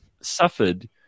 suffered